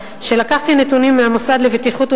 את הנתונים על מספר התאונות שבהן